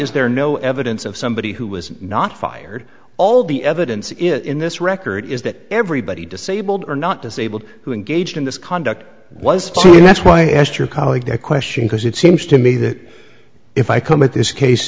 is there no evidence of somebody who was not fired all the evidence in this record is that everybody disabled or not disabled who engaged in this conduct was that's why i asked your colleague that question because it seems to me that if i come at this case